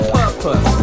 purpose